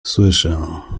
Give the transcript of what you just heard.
słyszę